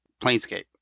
Planescape